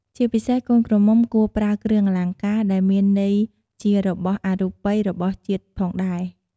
ជាពិសេសកូនក្រមុំគួរប្រើគ្រឿងអលង្ការដែលមានន័យជារបស់អរូបីរបស់ជាតិផងដែរ។